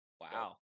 Wow